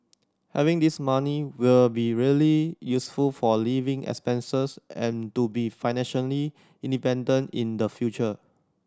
having this money will be really useful for living expenses and to be financially independent in the future